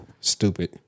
Stupid